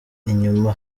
inyuma